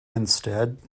instead